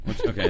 Okay